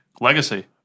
Legacy